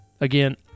Again